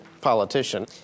politician